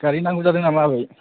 गारि नांगौ जादों नामा आबै